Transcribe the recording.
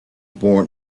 born